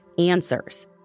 answers